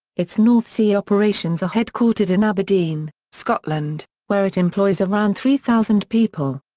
its north sea operations are headquartered in aberdeen, scotland, where it employs around three thousand people.